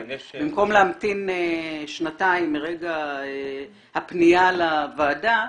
במקום להמתין שנתיים מרגע הפנייה לוועדה,